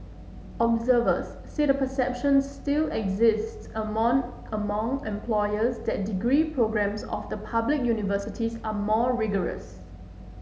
observers said a perception still exists among among employers that degree programmes of the public universities are more rigorous